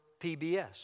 PBS